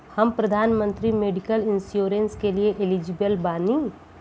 हम प्रधानमंत्री medical insurance के लिए एलिजिबल बानी?